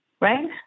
right